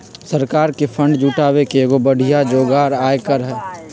सरकार के फंड जुटावे के एगो बढ़िया जोगार आयकर हई